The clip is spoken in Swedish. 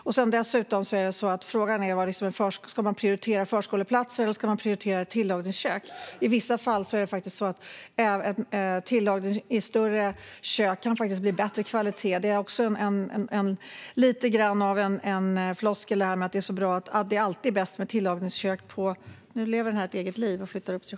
Dessutom är frågan om man ska prioritera förskoleplatser eller tillagningskök. I vissa fall kan maten i större kök ha bättre kvalitet. Att det alltid är bäst med tillagningskök är en floskel.